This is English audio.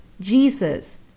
Jesus